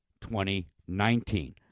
2019